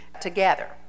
together